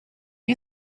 you